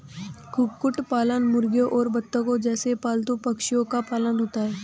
कुक्कुट पालन मुर्गियों और बत्तखों जैसे पालतू पक्षियों का पालन होता है